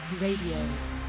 Radio